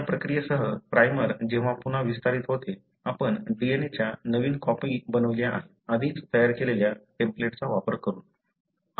या प्रक्रियेसह प्राइमर जेव्हा पुन्हा विस्तारीत होते आपण DNA च्या नवीन कॉपी बनविल्या आहेत आधीच तयार केलेल्या टेम्पलेटचा वापर करून